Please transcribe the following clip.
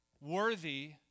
worthy